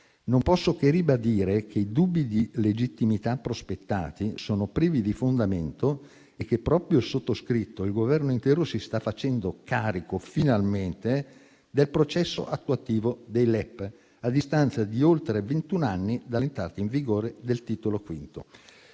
Non posso che ribadire che i dubbi di legittimità prospettati sono privi di fondamento e che proprio il sottoscritto e il Governo intero si stanno facendo carico, finalmente, del processo attuativo dei LEP, a distanza di oltre ventuno anni dall'entrata in vigore del Titolo V.